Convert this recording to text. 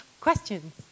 questions